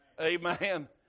Amen